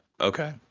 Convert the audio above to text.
Okay